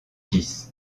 fils